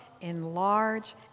enlarge